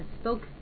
spoke